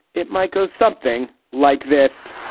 it might go something like this